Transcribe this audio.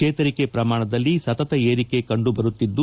ಚೇತರಿಕೆ ಪ್ರಮಾಣದಲ್ಲಿ ಸತತ ಏರಿಕೆ ಕಂದು ಬರುತ್ತಿದ್ದು